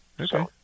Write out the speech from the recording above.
okay